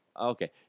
okay